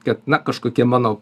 kad na kažkokie mano